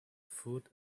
food